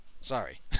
Sorry